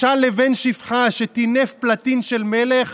משל לבן שפחה שטינף פלטין של מלך.